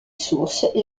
sources